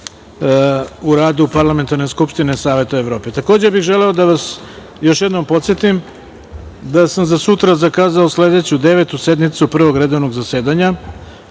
u radu Parlamentarne skupštine Saveta Evrope. Takođe bih želeo da vas još jednom podsetim da sam za sutra zakazao sledeću, Devetu sednicu Prvog redovnog zasedanja,